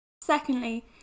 Secondly